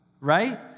right